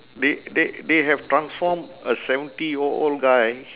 they they they have transformed a seventy year old guy